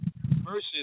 versus